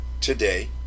today